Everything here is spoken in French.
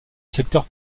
secteur